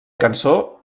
cançó